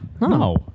no